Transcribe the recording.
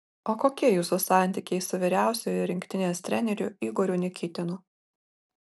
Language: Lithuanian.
o kokie jūsų santykiai su vyriausiuoju rinktinės treneriu igoriu nikitinu